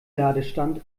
ladestand